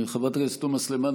חברת הכנסת תומא סלימאן,